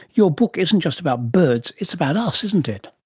your book isn't just about birds, it's about us, isn't it.